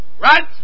Right